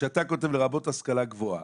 כשאתה כותב "לרבות השכלה גבוהה",